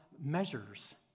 measures